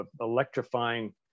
electrifying